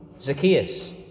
Zacchaeus